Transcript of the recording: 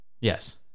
Yes